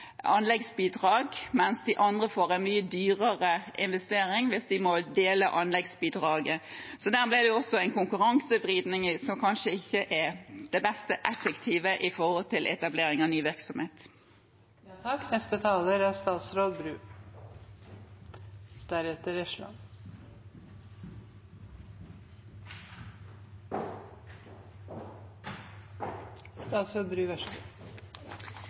anleggsbidrag, mens de andre får en mye dyrere investering hvis de må dele anleggsbidraget – der ble det også en konkurransevridning, som kanskje ikke er det mest effektive med hensyn til etablering av ny virksomhet. Dette er en debatt med mange ulike temaer som er